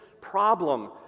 problem